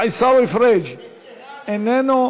עיסאווי פריג' איננו,